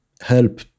help